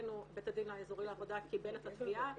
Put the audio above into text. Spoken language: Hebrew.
ולשמחתנו בית הדין האזורי לעבודה קיבל את התביעה